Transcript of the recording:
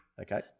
Okay